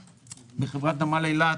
בחברת נמל אילת